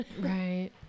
right